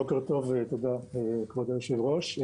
בוקר טוב, ותודה, כבוד היושב-ראש.